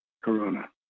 Corona